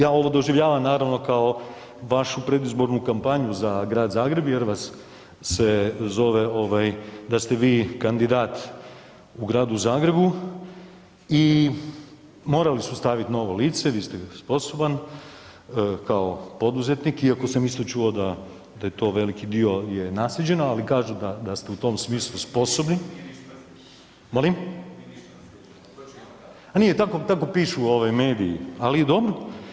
Ja ovo doživljavam naravno kao vašu predizbornu kampanju za Grad Zagreb jer vas se zove da ste vi kandidat u Gradu Zagrebu i morali su staviti novo lice, vi ste sposoban kao poduzetnik, iako sam čuo da je to veliki dio naslijeđeno, ali kažu da ste u tom smislu sposobni. … [[Upadica se ne razumije.]] Molim? … [[Upadica se ne razumije.]] a nije tako pišu mediji, ali dobro.